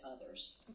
others